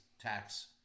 tax